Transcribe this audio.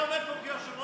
אתה עומד פה כיושב-ראש